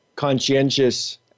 conscientious